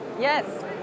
Yes